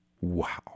Wow